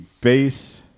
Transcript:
base